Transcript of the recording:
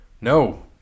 No